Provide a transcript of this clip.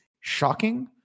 shocking